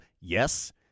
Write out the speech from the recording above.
Yes